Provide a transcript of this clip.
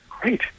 great